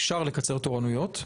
עדיין אפשר לקצר תורניות,